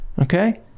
Okay